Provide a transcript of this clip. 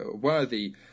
worthy